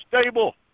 stable